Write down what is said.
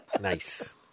nice